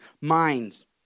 minds